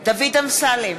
דוד אמסלם,